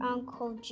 Uncle